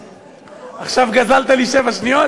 עכשיו גזלת לי שבע שניות,